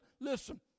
Listen